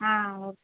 ஆ ஓ